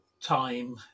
time